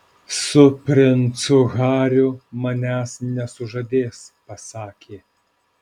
su princu hariu manęs nesužadės pasakė